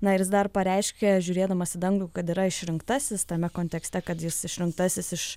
na ir jis dar pareiškė žiūrėdamas į dangų kad yra išrinktasis tame kontekste kad jis išrinktasis iš